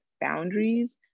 boundaries